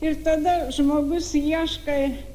ir tada žmogus ieškai